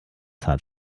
hat